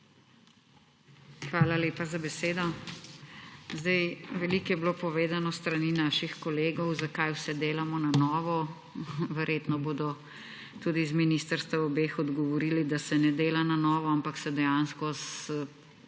Hvala lepa za besedo. Veliko je bilo povedano s strani naših kolegov, zakaj vse delamo na novo, verjetno bodo tudi z obeh ministrstev odgovorili, da se ne dela na novo, ampak se dejansko z